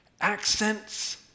Accents